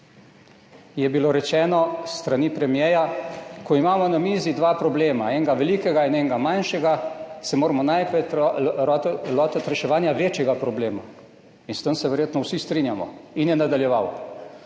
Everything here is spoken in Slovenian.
je bilo rečeno s strani premierja: »Ko imamo na mizi dva problema, enega velikega in enega manjšega, se moramo najprej lotiti reševanja večjega problema in s tem se verjetno vsi strinjamo.« In je nadaljeval: